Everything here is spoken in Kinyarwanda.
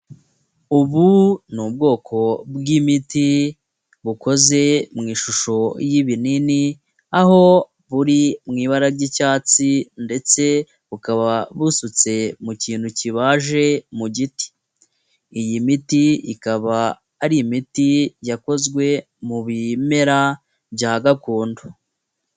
Ubu ni ubwoko bw'imiti bukoze mu ishusho y'ibinini aho buri mu ibara ry'icyatsi ndetse bukaba busutse mu kintu kibaje mu giti, iyi miti ikaba ari imiti yakozwe mu bimera bya gakondo.